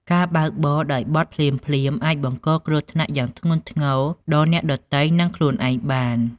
ការបើកបរដោយបទភ្លាមៗអាចបង្កគ្រោះថ្នាក់យ៉ាងធ្ងន់ធ្ងរដល់អ្នកដ៏ទៃនិងខ្លួនឯងបាន។